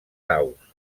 aus